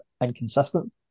inconsistent